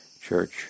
Church